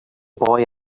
boy